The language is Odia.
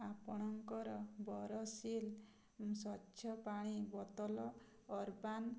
ଆପଣଙ୍କର ବୋରୋସିଲ୍ ସ୍ୱଚ୍ଛ ପାଣି ବୋତଲ ଅରବାନ୍